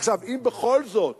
עכשיו, אם בכל זאת